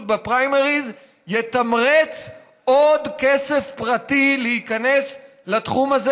בפריימריז יתמרץ עוד כסף פרטי להיכנס לתחום הזה.